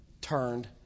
turned